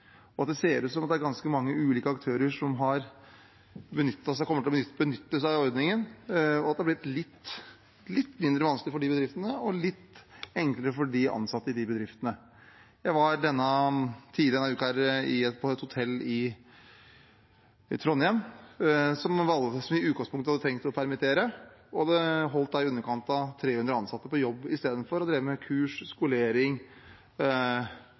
Det ser ut som at det er ganske mange ulike aktører som kommer til å benytte seg av ordningen, og at det har blitt litt mindre vanskelig for de bedriftene og litt enklere for de ansatte i de bedriftene. Jeg var tidlig denne uken på et hotell i Trondheim der man i utgangspunktet hadde tenkt å permittere, og man holdt i underkant av 300 ansatte på jobb i stedet for og drev med kurs og skolering